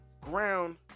ground